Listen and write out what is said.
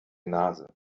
nase